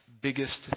biggest